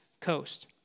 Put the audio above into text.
coast